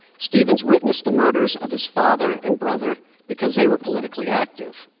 stevens witnessed the murders of his father and brother because they were politically active.